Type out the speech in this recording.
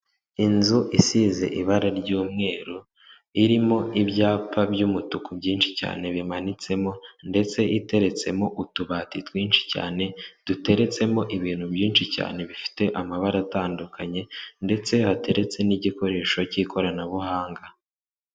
Inzu isize ibara ry'umweru, irimo ibyapa by'umutuku byinshi cyane bimanitsemo, ndetse iteretsemo utubati twinshi cyane duteretsemo ibintu byinshi cyane bifite amabara atandukanye, ndetse hateretse n'igikoresho cy'ikoranabuhanga.